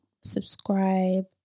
subscribe